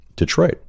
detroit